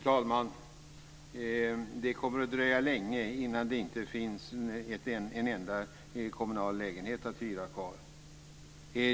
Fru talman! Det kommer att dröja länge innan det inte finns en enda kommunal lägenhet att hyra kvar.